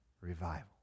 Revival